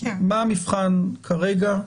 מה המבחן כרגע?